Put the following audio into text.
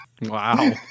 Wow